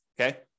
okay